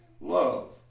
Love